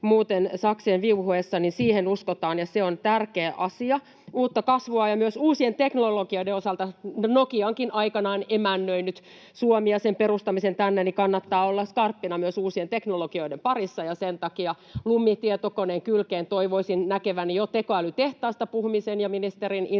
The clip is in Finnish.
muuten saksien viuhuessa. Siihen uskotaan, ja se on tärkeä asia. Uuden kasvun ja myös uusien teknologioiden osalta Nokia onkin aikanaan emännöinyt Suomea ja sen perustamisen tänne. Kannattaa olla skarppina myös uusien teknologioiden parissa, ja sen takia Lumi-tietokoneen kylkeen toivoisin näkeväni jo tekoälytehtaasta puhumisen ja ministerin innon sitä